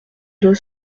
deux